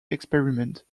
experiment